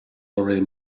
already